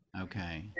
Okay